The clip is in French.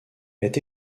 est